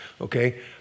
Okay